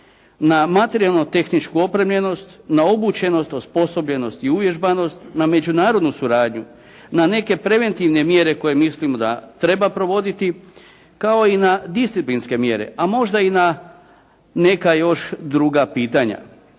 na materijalno-tehničku opremljenost, na obučenost, osposobljenost i uvježbanost, na međunarodnu suradnju, na neke preventivne mjere koje mislimo da treba provoditi kao i na disciplinske mjere, a možda i na neka još druga pitanja